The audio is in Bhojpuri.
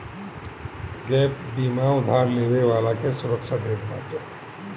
गैप बीमा उधार लेवे वाला के सुरक्षा देत बाटे